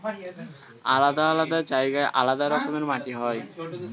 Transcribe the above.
আলাদা আলাদা জায়গায় আলাদা রকমের মাটি হয়